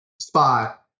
spot